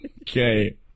Okay